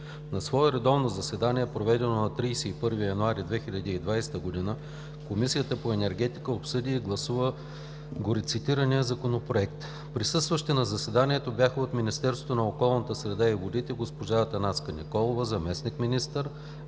На свое редовно заседание, проведено на 30 януари 2020 г., Комисията по енергетика обсъди и гласува горецитирания Законопроект. Присъстващи на заседанието бяха – от Министерството на околната среда и водите: госпожа Атанаска Николова, заместник-министър,